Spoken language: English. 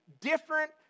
different